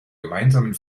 gemeinsamen